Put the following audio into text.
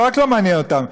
לא רק לא מעניין אותם,